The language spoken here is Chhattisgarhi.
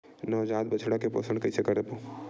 नवजात बछड़ा के पोषण कइसे करबो?